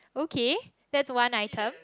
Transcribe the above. okay that's one item